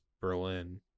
Berlin